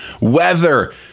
Weather